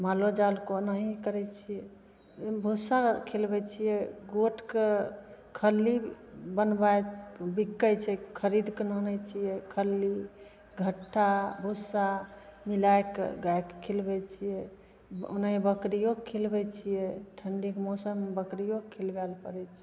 मालो जालके ओनाहि करै छिए भुस्सा खिलबै छिए गोटके खल्ली बनबै बिकै छै खरिदके आनै छिए खल्ली घट्ठा भुस्सा मिलैके गाइके खिलबै छिए ओनाहि बकरिओके खिलबै छिए ठण्डीके मौसममे बकरिओके खिलबै पड़ै छै